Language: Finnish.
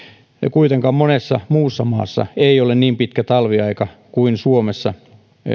kuitenkaan monessa muussa maassa ei ole niin pitkä talviaika kuin suomessa